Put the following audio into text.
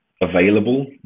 available